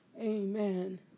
amen